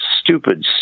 stupid